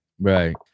Right